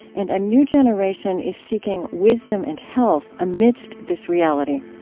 and a new generation is seeking wisdom and health amidst this reality